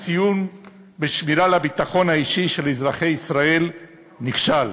הציון בשמירה על הביטחון האישי של אזרחי ישראל: נכשל.